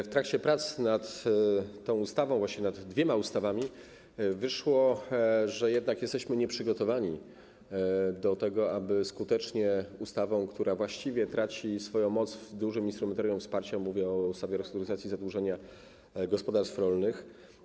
W trakcie prac nad tą ustawą, właściwie nad dwiema ustawami, wyszło, że jednak jesteśmy nieprzygotowani do tego, aby skutecznie posługiwać się ustawą, która właściwie traci swoją moc w zakresie dużego instrumentarium wsparcia, mówię o ustawie o restrukturyzacji zadłużenia gospodarstw rolnych.